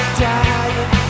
dying